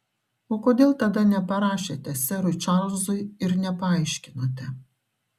o kodėl tada neparašėte serui čarlzui ir nepaaiškinote